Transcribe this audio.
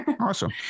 Awesome